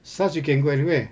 SARS you can go anywhere